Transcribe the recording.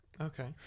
Okay